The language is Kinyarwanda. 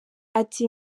ati